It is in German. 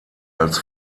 als